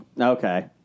Okay